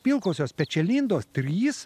pilkosios pečialindos trys